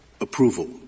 approval